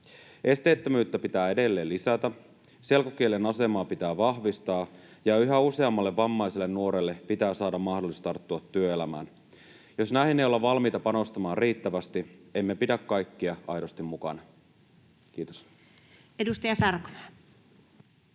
Esteettömyyttä pitää edelleen lisätä, selkokielen asemaa pitää vahvistaa ja yhä useammalle vammaiselle nuorelle pitää saada mahdollisuus tarttua työelämään. Jos näihin ei olla valmiita panostamaan riittävästi, emme pidä kaikkia aidosti mukana. — Kiitos. Edustaja Sarkomaa.